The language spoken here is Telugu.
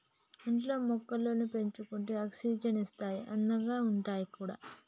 ఇంట్లో మొక్కలు పెంచుకుంటే ఆక్సిజన్ ఇస్తాయి అందంగా ఉంటాయి కూడా